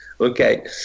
okay